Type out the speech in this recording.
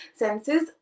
senses